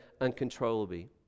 uncontrollably